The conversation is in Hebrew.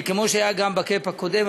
כמו שהיה גם ב-cap הקודם,